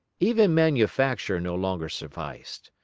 even manufacture no longer sufficed.